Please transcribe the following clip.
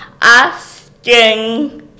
asking